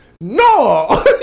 No